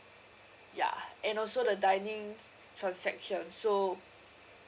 yeah and also the dining transaction so